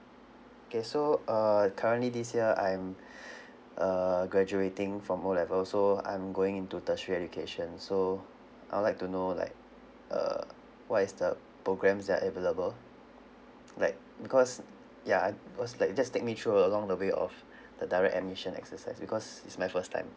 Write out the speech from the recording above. okay so uh currently this year I'm err graduating from O level so I'm going into tertiary education so I would like to know like err what is the programs that are available like because ya I because like just take me through along the way of the direct admission exercise because it's my first time